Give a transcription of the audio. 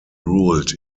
ruled